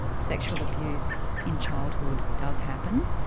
sexual abuse in childhood does happen,